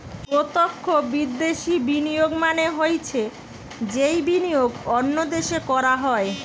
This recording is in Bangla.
প্রত্যক্ষ বিদ্যাশি বিনিয়োগ মানে হৈছে যেই বিনিয়োগ অন্য দেশে করা হয়